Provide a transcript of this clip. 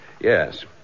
yes